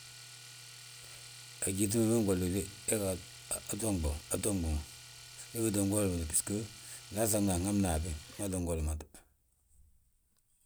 A gyíŧi hima golni dé, hega atonɓa, atonɓi ma. Ndu utti golwe, bbisgo nda aŧagna, anhabna habé mati ngolmate.